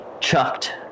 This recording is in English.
chucked